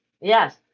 yes